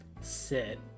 sit